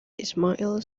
ismail